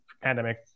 pandemic